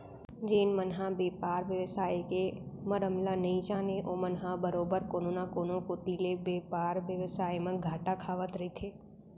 जेन मन ह बेपार बेवसाय के मरम ल नइ जानय ओमन ह बरोबर कोनो न कोनो कोती ले बेपार बेवसाय म घाटा खावत रहिथे